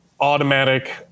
Automatic